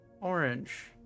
orange